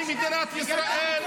עם אחד יש לו מדינה, שהיא מדינת ישראל,